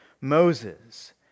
Moses